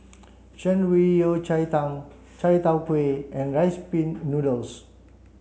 Shan Rui Yao Cai Tang Chai Tow Kuay and rice pin noodles